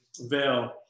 veil